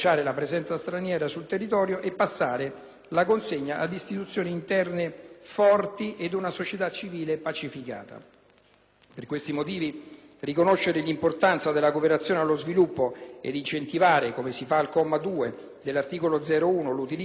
forti e ad una società civile pacificata. Per tali motivi riconoscere l'importanza della cooperazione allo sviluppo ed incentivare, come si fa al comma 2 dell'articolo 01, l'utilizzo delle risorse locali sia umane che materiali costituiscono un passo importante.